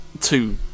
two